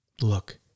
Look